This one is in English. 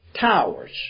towers